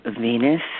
Venus